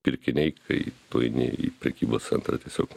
pirkiniai kai tu eini į prekybos centrą tiesiog